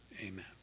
Amen